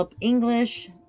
English